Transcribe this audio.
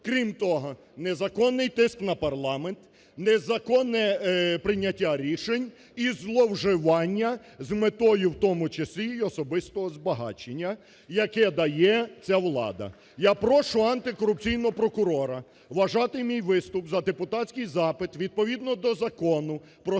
Крім того, незаконний тиск на парламент, незаконне прийняття рішень і зловживання з метою в тому числі і особистого збагачення, яке дає ця влада. Я прошу антикорупційного прокурора вважати мій виступ за депутатський запит. Відповідно до Закону "Про